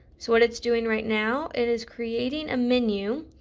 so but it's doing right now it is creating a menu.